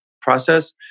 process